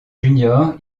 juniors